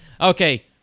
Okay